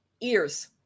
Ears